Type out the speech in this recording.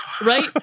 Right